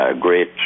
great